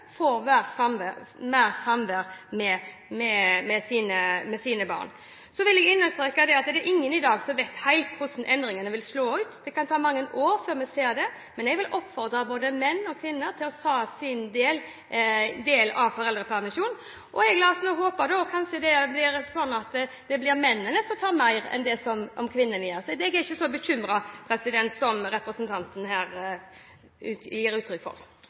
får mer samvær med sine barn. Så vil jeg understreke at det er ingen i dag som vet helt hvordan endringene vil slå ut. Det kan ta mange år før vi ser det. Men jeg vil oppfordre både menn og kvinner til å ta sin del av foreldrepermisjonen. La oss nå håpe at det kanskje blir sånn at det blir mennene som tar mer permisjon enn det kvinnene gjør. Så jeg er ikke så bekymret som representanten her gir uttrykk for.